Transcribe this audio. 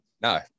No